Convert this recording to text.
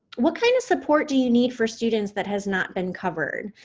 what kind of support do you need for students that has not been covered?